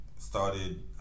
started